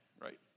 right